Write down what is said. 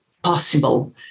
possible